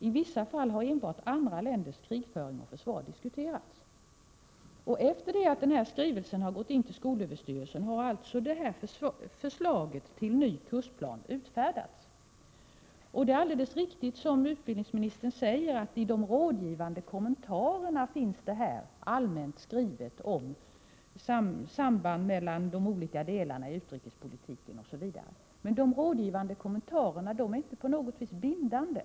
I vissa fall har enbart andra länders krigföring och försvar diskuterats”. Efter det att överbefälhavarens skrivelse gått in till skolöverstyrelsen har alltså förslaget till ny kursplan utfärdats. Det är alldeles riktigt som utbildningsministern säger, att i de rådgivande kommentarerna finns det allmänt skrivet om sambandet mellan de olika delarna i utrikespolitiken osv. Men de rådgivande kommentarerna är inte på något vis bindande.